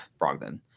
Brogdon